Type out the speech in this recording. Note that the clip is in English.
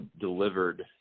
Delivered